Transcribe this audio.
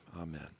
amen